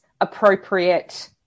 appropriate